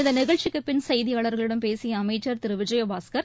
இந்த நிகழ்ச்சிக்குப் பின் செய்தியாளர்களிடம் பேசிய அமைச்சர் திரு விஜய பாஸ்கர்